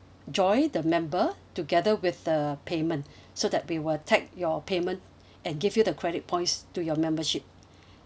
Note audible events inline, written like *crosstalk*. join the member together with the payment *breath* so that we will tag your payment *breath* and give you the credit points to your membership *breath*